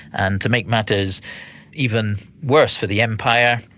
and to make matters even worse for the empire,